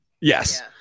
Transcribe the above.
yes